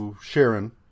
Sharon